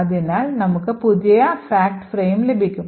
അതിനാൽ നമുക്ക് പുതിയ ഫാക്റ്റ് ഫ്രെയിം ലഭിക്കും